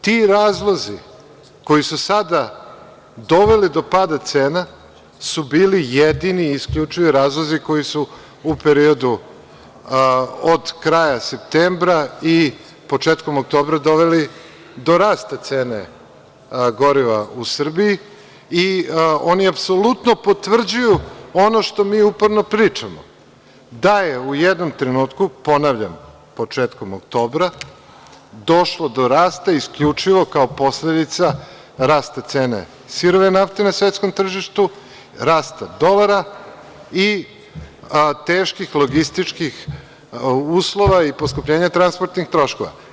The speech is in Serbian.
Ti razlozi koji su sada doveli do pada cena su bili jedini i isključivi razlozi koji su u periodu od kraja septembra i početkom oktobra doveli do rasta cene goriva u Srbiji i oni apsolutno potvrđuju ono što mi uporno pričamo – da je u jednom trenutku, ponavljam, početkom oktobra, došlo do rasta isključivo kao posledica rasta cene sirove nafte na svetskom tržištu, rasta dolara i teških logističkih uslova i poskupljenja transportnih troškova.